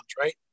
right